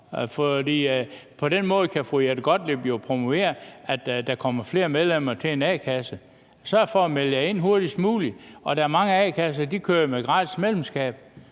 på den måde kan fru Jette Gottlieb jo promovere, at der kommer flere medlemmer til a-kasserne. Sørg for at melde jer ind hurtigst muligt; og der er mange a-kasser, der jo kører med gratis medlemskab.